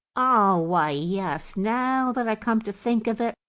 oh, why, yes, now that i come to think of it,